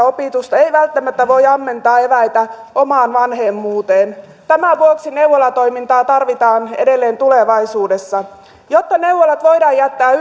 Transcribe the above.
opitusta ei välttämättä voi ammentaa eväitä omaan vanhemmuuteen tämän vuoksi neuvolatoimintaa tarvitaan edelleen tulevaisuudessa jotta neuvolat voidaan jättää